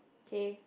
K